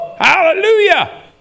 Hallelujah